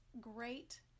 great